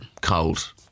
cold